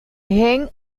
gen